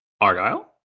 argyle